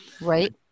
Right